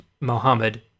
Muhammad